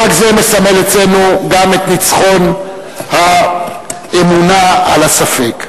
חג זה מסמל אצלנו גם את ניצחון האמונה על הספק.